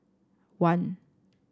one